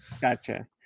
gotcha